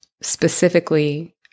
specifically